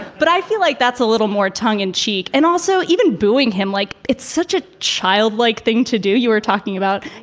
but i feel like that's a little more tongue in cheek. and also even booing him like it's such a childlike thing to do. you are talking about.